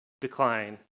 decline